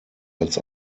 als